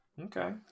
Okay